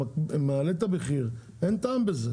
זה מעלה את המחיר ואין טעם בזה.